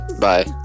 Bye